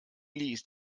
ist